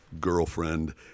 girlfriend